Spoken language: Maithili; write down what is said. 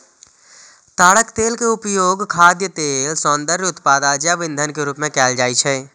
ताड़क तेल के उपयोग खाद्य तेल, सौंदर्य उत्पाद आ जैव ईंधन के रूप मे कैल जाइ छै